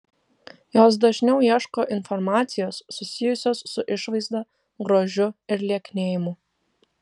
jos dažniau ieško informacijos susijusios su išvaizda grožiu ir lieknėjimu